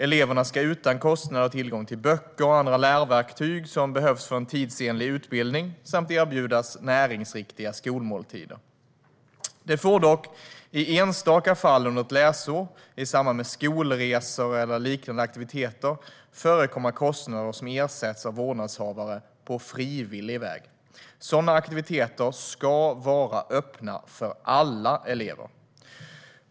Eleverna ska utan kostnad ha tillgång till böcker och andra lärverktyg som behövs för en tidsenlig utbildning samt erbjudas näringsriktiga skolmåltider. Det får dock i enstaka fall under ett läsår, i samband med skolresor och liknande aktiviteter, förekomma kostnader som ersätts av vårdnadshavare på frivillig väg. Sådana aktiviteter ska vara öppna för alla elever.